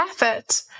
effort